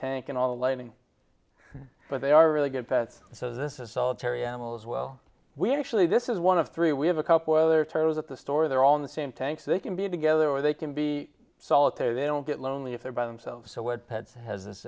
tank and all the lighting but they are really good pets so this is solitary animals well we actually this is one of three we have a couple other toes at the store they're on the same tanks they can be together or they can be solitary they don't get lonely if they're by themselves so what beds has this